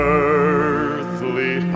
earthly